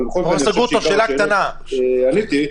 אבל אני חושב שעל עיקר השאלות עניתי.